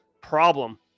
problem